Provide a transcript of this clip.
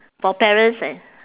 for parents and